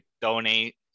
donate